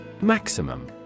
Maximum